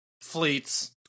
fleets